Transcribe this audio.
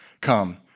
come